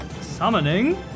Summoning